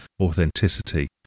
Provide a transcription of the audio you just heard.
authenticity